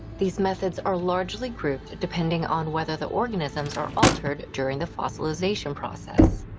these methods are largely grouped depending on whether the organisms are altered during the fossilization process.